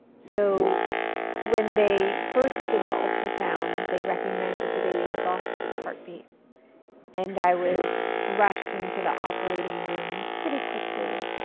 so when they first did the ultrasound they recognized that the baby had lost its heartbeat and i was rushed into the operating room pretty quickly.